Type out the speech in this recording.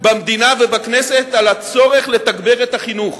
במדינה ובכנסת על הצורך לתגבר את החינוך,